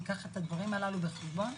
ייקח את הדברים הללו בחשבון,